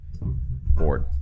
Board